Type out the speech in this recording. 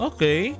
Okay